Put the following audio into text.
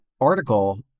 article